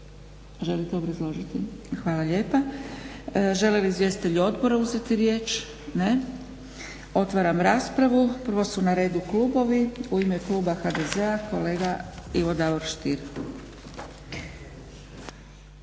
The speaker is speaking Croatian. želite obrazložiti? Hvala lijepa. Žele li izvjestitelji odbora uzeti riječ? Ne. Otvaram raspravu. Prvo su na redu klubovi. U ime kluba HDZ-a kolega Ivo Davor Stier.